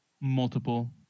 multiple